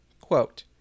Quote